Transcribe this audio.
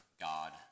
God